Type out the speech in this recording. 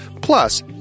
Plus